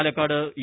Palakkad E